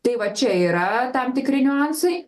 tai va čia yra tam tikri niuansai